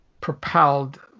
propelled